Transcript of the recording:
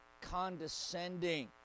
condescending